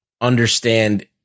understand